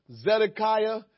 Zedekiah